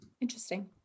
Interesting